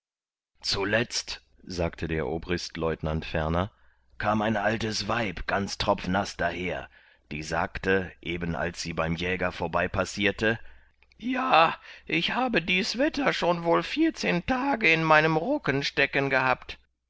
zuletzt sagte der obristleutenant ferner kam ein altes weib ganz tropfnaß daher die sagte eben als sie beim jäger vorbeipassierte ja ich habe dies wetter schon wohl vierzehn tage in meinem rucken stecken gehabt